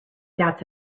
doubts